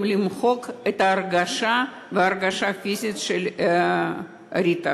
למחוק את ההרגשה וההרגשה הפיזית של ריטה.